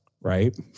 right